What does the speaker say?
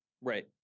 Right